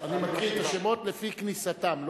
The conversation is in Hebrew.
אני מקריא את השמות לפי כניסתם.